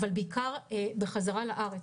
אבל בעיקר בחזרה לארץ.